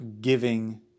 giving